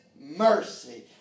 mercy